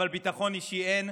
אבל ביטחון אישי אין.